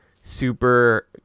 super